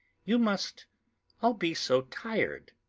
you must all be so tired!